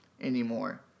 anymore